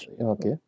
Okay